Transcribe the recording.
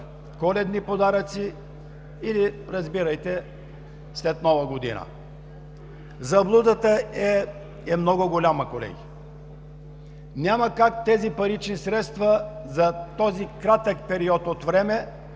коледни подаръци, или разбирайте след Нова година? Заблудата е много голяма, колеги. Няма как тези парични средства за този кратък период от време